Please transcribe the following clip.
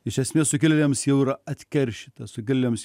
iš esmės sukilėliams jau yra atkeršyta sukilėliams